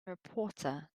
reporter